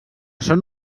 són